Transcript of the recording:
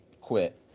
quit